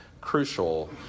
crucial